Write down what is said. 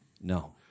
No